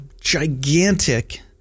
gigantic